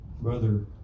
Brother